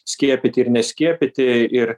skiepyti ir neskiepyti ir